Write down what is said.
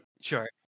Sure